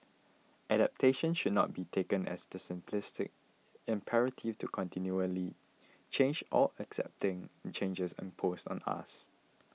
adaptation should not be taken as the simplistic imperative to continually change or accepting changes imposed on us